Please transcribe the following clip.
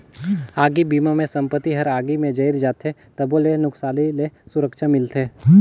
आगी बिमा मे संपत्ति हर आगी मे जईर जाथे तबो ले नुकसानी ले सुरक्छा मिलथे